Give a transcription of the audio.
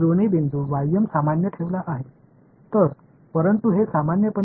எனவே இதை பொதுவானதாக வைத்திருப்பது நமக்கு ஒரு திட்டத்தை அளித்துள்ளது